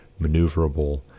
maneuverable